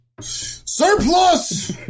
Surplus